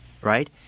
right